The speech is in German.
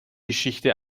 geschichte